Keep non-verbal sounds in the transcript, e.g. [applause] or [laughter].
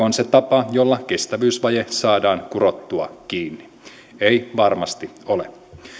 [unintelligible] on se tapa jolla kestävyysvaje saadaan kurottua kiinni ei varmasti ole